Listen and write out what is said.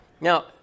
Now